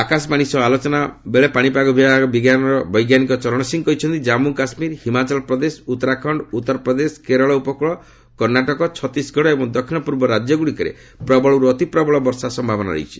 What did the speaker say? ଆକାଶବାଣୀ ସହ ଆଲୋଚନା କରି ପାଶିପାଗ ବିଜ୍ଞାନ ବିଭାଗର ବୈଜ୍ଞାନିକ ଚରଣ ସିଂ କହିଛନ୍ତି ଜନ୍ମୁ କାଶ୍ମୀର ହିମାଚଳ ପ୍ରଦେଶ ଉତ୍ତରାଖଣ୍ଡ ଉତ୍ତର ପ୍ରଦେଶ କେରଳ ଉପକୂଳ କର୍ଣ୍ଣାଟକ ଛତିଶଗଡ଼ ଏବଂ ଦକ୍ଷିଣ ପୂର୍ବ ରାଜ୍ୟଗୁଡ଼ିକରେ ପ୍ରବଳରୁ ଅତି ପ୍ରବଳ ବର୍ଷା ସମ୍ଭାବନା ରହିଛି